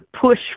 push